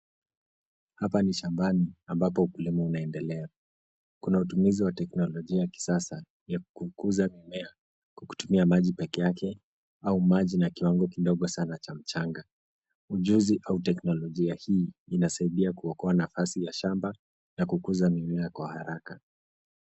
Hapa ni shambani ambapo ukulima unaendelea. Kuna utumizi wa teknolojia ya kisasa ya kukuza mimea kwa kutumia maji peke yake au maji na kiwango kidogo sana cha mchanga. Ujuzi au teknolojia hii inasaidia kuokoa nafasi ya shamba na kukuza mimea kwa haraka.